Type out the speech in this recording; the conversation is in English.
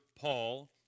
Paul